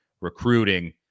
recruiting